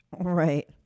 Right